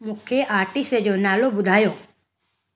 मूंखे आर्टिस्ट जो नालो ॿुधायो